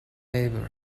neighbour